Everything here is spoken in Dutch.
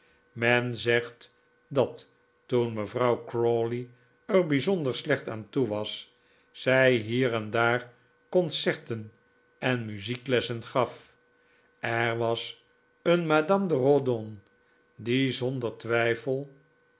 men zegt dat toen mevrouw crawley er bijzonder slecht aan toe was zij hier en daar concerten en muzieklessen gaf er was een madame de rawdon die zonder twijfel